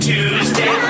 Tuesday